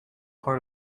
part